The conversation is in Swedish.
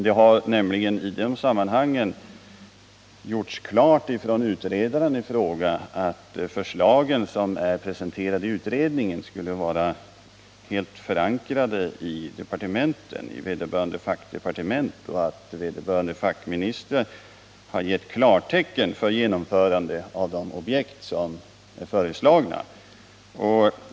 Det har nämligen i det sammanhanget gjorts klart från utredaren i fråga att de förslag som är presenterade i utredningen skulle vara helt förankrade i vederbörande 61 fackdepartement och att vederbörande fackministrar gett klartecken för genomförande av de objekt som föreslagits.